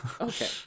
Okay